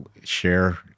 share